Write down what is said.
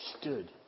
stood